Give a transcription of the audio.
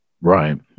Right